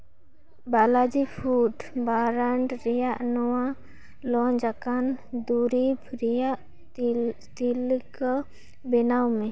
Balaji foods brand ᱨᱮᱭᱟᱜ ᱱᱟᱶᱟ launch ᱟᱠᱟᱱ ᱫᱩᱨᱤᱵᱽ ᱨᱮᱭᱟᱜ ᱛᱟᱹᱞᱤᱠᱟ ᱵᱮᱱᱟᱣ ᱢᱮ